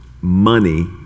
money